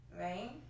right